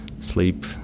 sleep